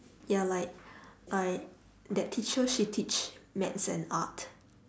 ya like I that teacher she teach maths and art